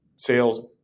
sales